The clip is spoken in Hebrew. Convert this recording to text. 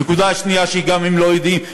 הנקודה השנייה היא שהם גם לא יודעים,